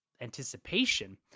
anticipation